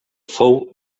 fou